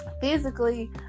physically